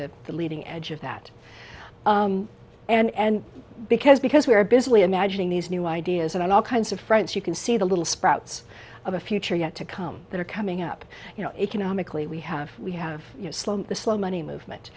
the leading edge of that and because because we are busily imagining these new ideas and all kinds of friends you can see the little sprouts of a future yet to come that are coming up you know economically we have we have the slow money movement